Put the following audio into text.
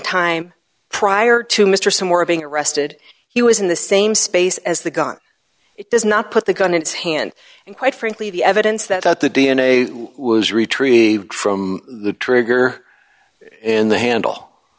time prior to mr somewhere being arrested he was in the same space as the gun it does not put the gun in his hand and quite frankly the evidence that the d n a was retrieved from the trigger in the handle